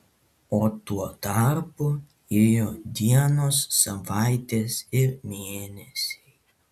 o tuo tarpu ėjo dienos savaitės ir mėnesiai